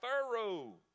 thorough